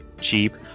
cheap